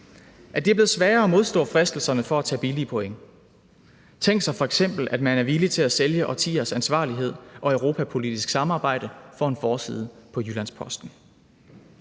at det er blevet sværere at modstå fristelserne til at tage billige point. Tænk, at man f.eks. er villig til at sælge årtiers ansvarlighed og europapolitisk samarbejde for en forside i Jyllands-Posten.